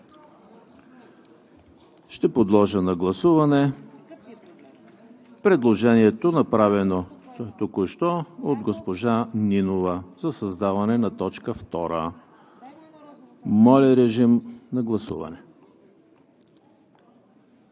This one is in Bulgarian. Ще подложа на гласуване предложението, направено току-що от госпожа Нинова за създаване на т. 2. Моля, режим на гласуване.